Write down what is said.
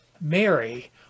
Mary